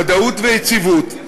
ודאות ויציבות,